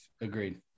Agreed